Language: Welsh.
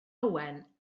owen